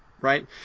right